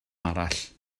arall